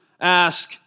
ask